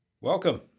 Welcome